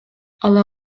ала